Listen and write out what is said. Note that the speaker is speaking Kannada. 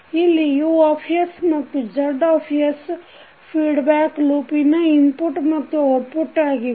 ಇಲ್ಲಿ U ಮತ್ತು Z ಫೀಡ್ಬ್ಯಾಕ್ ಲೂಪಿನ್ ಇನ್ಪುಟ್ ಮತ್ತು ಔಟ್ಪುಟ್ ಆಗಿವೆ